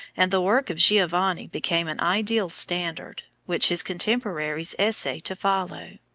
and the work of giovanni became an ideal standard, which his contemporaries essayed to follow.